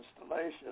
installation